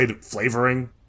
flavoring